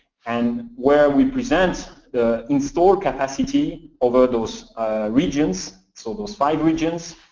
and where we present the install capacity over those regions, so those five regions,